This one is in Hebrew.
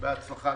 בהצלחה.